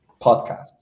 podcasts